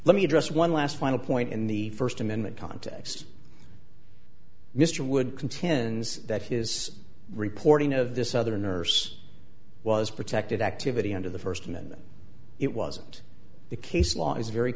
let me address one last final point in the first amendment context mr would contend that his reporting of this other nurse was protected activity under the first amendment it wasn't the case law is very